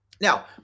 Now